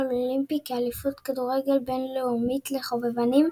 האולימפי כ"אליפות כדורגל בין-לאומית לחובבנים",